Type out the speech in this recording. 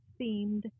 themed